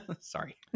Sorry